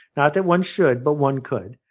not that one should, but one could.